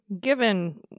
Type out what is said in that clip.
given